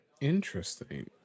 Interesting